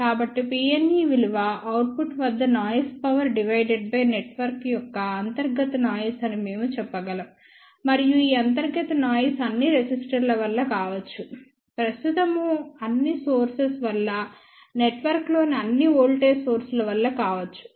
కాబట్టి Pne విలువ output వద్ద noise power divided by network యొక్క అంతర్గత నాయిస్ అని మేము చెప్పగలం మరియు ఈ అంతర్గత నాయిస్ అన్ని రెసిస్టర్ల వల్ల కావచ్చు ప్రస్తుతమున్న అన్ని సోర్సెస్ వల్ల నెట్వర్క్లోని అన్ని వోల్టేజ్ సోర్సెస్ వల్ల కావచ్చు